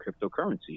cryptocurrency